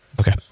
Okay